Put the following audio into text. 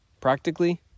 Practically